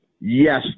yes